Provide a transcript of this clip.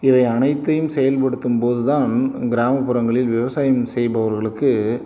இவை அனைத்தையும் செயல்படுத்தும் போது தான் கிராமப்புறங்களில் விவசாயம் செய்பவர்களுக்கு